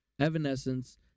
Evanescence